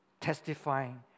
testifying